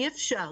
אי-אפשר,